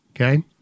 Okay